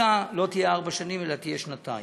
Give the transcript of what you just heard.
לא תהיה לארבע שנים, אלא תהיה לשנתיים.